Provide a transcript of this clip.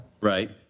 Right